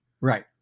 Right